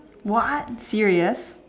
what serious